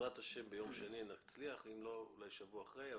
ובעזרת השם ביום שני נצליח, ואם לא בשבוע אחרי.